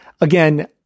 Again